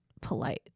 polite